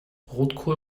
rotkohl